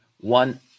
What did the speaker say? one